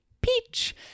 Peach